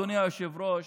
אדוני היושב-ראש,